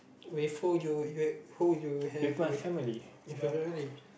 with who you ha~ who you have with if